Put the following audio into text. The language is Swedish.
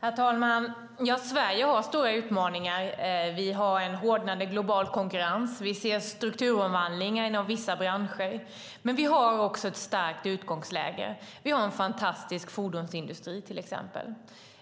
Herr talman! Sverige har stora utmaningar. Vi har en hårdnande global konkurrens, och vi ser strukturomvandlingar inom vissa branscher. Men vi har också ett starkt utgångsläge. Vi har till exempel en fantastisk fordonsindustri, och